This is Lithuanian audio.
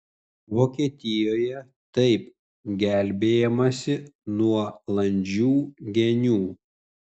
vokietijoje taip gelbėjamasi nuo landžių genių